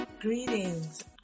Greetings